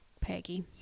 peggy